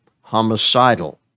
homicidal